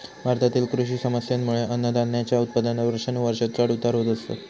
भारतातील कृषी समस्येंमुळे अन्नधान्याच्या उत्पादनात वर्षानुवर्षा चढ उतार होत असतत